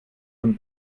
von